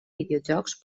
videojocs